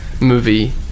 movie